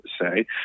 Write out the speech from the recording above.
say